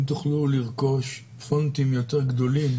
אם כולו לרכוש פונטים יותר גדולים